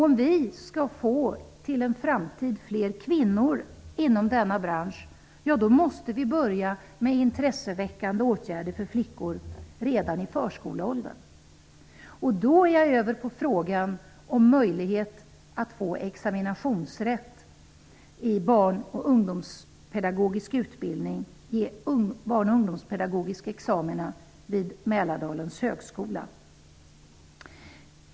Om det skall komma fler kvinnor i en framtid till denna bransch, måste intresseväckande åtgärder för flickor tas fram redan i förskoleåldern. Då kommer jag över till frågan om möjlighet till examinationsrätt för en barn och ungdomspedagogisk utbildning vid Mälardalens högskola.